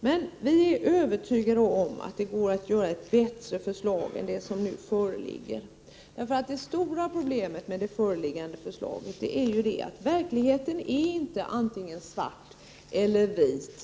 Men vi är övertygade om att det går att göra ett bättre förslag än det som nu föreligger. Det stora problemet med det föreliggande förslaget är ju att verkligheten inte är antingen svart eller vit.